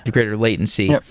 greater latency.